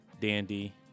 Dandy